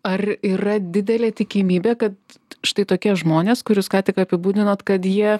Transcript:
ar yra didelė tikimybė kad štai tokie žmonės kur jūs ką tik apibūdinot kad jie